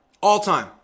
All-time